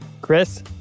Chris